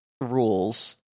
rules